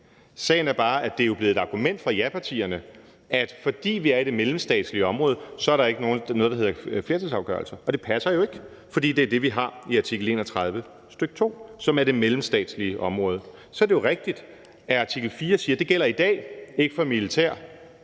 Sagen er bare, at det jo er blevet et argument for japartierne, at fordi vi er i det mellemstatslige område, så er der ikke noget, der hedder flertalsafgørelser. Det passer jo ikke. For det er det, vi har i artikel 31, stk. 2, som er det mellemstatslige område. Så er det jo rigtigt, at artikel 4 siger, at det i dag ikke gælder for militær-